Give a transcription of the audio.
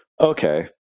Okay